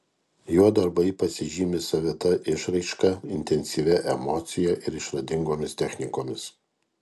jo darbai pasižymi savita išraiška intensyvia emocija ir išradingomis technikomis